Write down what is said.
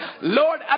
Lord